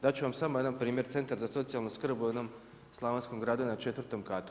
Dat ću vam samo jedan primjer, Centar za socijalnu skrb u jednom slavonskom gradu na 4 katu.